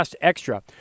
extra